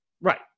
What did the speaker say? Right